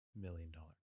million-dollar